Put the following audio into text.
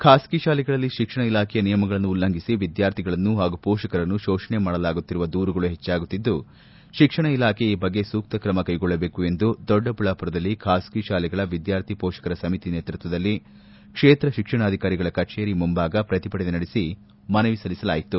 ಖಾಸಗಿ ಶಾಲೆಗಳಲ್ಲಿ ಶಿಕ್ಷಣ ಇಲಾಖೆಯ ನಿಯಮಗಳನ್ನು ಉಲ್ಲಂಘಿಸಿ ವಿದ್ವಾರ್ಥಿಗಳನ್ನು ಹಾಗೂ ಪೋಷಕರನ್ನು ಶೋಷಣೆ ಮಾಡಲಾಗುತ್ತಿರುವ ದೂರುಗಳು ಹೆಚ್ಚಾಗುತ್ತಿದ್ದು ಶಿಕ್ಷಣ ಇಲಾಖೆ ಈ ಬಗ್ಗೆ ಸೂಕ್ತ ಕ್ರಮ ಕೈಗೊಳ್ಳಬೇಕು ಎಂದು ದೊಡಬಳ್ಲಾಮರದಲ್ಲಿ ಖಾಸಗಿ ಶಾಲೆಗಳ ವಿದ್ಯಾರ್ಥಿ ಪೋಷಕರ ಸಮಿತಿ ನೇತೃತ್ವದಲ್ಲಿ ಕ್ಷೇತ್ರ ಶಿಕ್ಷಣಾಧಿಕಾರಿಗಳ ಕಚೇರಿ ಮುಂಭಾಗ ಪ್ರತಿಭಟನೆ ನಡೆಸಿ ಮನವಿ ಸಲ್ಲಿಸಲಾಯಿತು